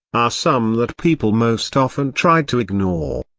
are some that people most often try to ignore.